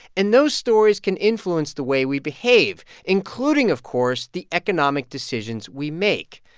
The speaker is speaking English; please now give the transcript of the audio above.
and those stories can influence the way we behave, including, of course, the economic decisions we make.